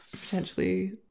potentially